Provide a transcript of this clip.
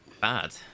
bad